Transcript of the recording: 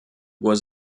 was